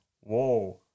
whoa